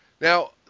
Now